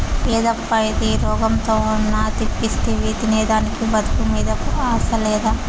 యేదప్పా ఇది, రోగంతో ఉన్న తెప్పిస్తివి తినేదానికి బతుకు మీద ఆశ లేదా